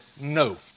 no